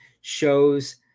shows